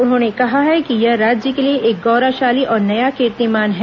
उन्होंने कहा कि यह राज्य के लिए एक गौरवशाली और नया कीर्तिमान है